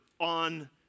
on